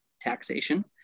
taxation